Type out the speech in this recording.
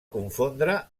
confondre